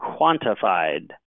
quantified